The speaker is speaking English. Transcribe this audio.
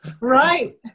Right